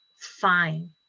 fine